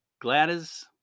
Gladys